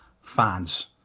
fans